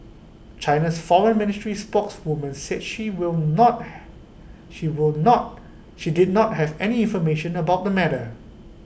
China's Foreign Ministry spokeswoman said she will not she will not she did not have any information about the matter